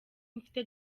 mfite